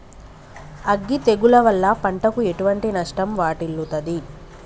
అగ్గి తెగులు వల్ల పంటకు ఎటువంటి నష్టం వాటిల్లుతది?